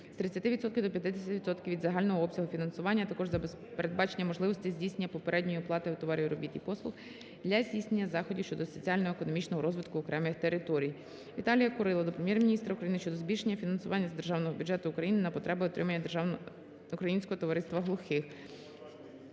до 50 відсотків від загального обсягу фінансування, а також передбачення можливостей здійснення попередньої оплати товарів, робіт і послуг для здійснення заходів щодо соціально-економічного розвитку окремих територій. Віталія Курила до Прем'єр-міністра України щодо збільшення фінансування з Державного бюджету України на потреби утримання Українського товариства глухих.